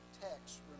text